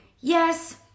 yes